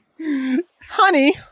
Honey